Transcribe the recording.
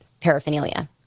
paraphernalia